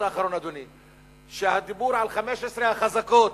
שהדיבור על 15 החזקות,